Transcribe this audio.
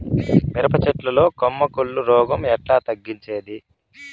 మిరప చెట్ల లో కొమ్మ కుళ్ళు రోగం ఎట్లా తగ్గించేది?